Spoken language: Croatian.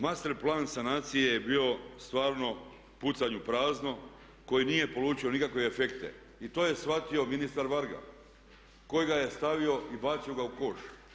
Master plan sanacije je bio stvarno pucanj u prazno koji nije polučio nikakve efekte i to je shvatio ministar Varga koji ga je stavio i bacio ga u koš.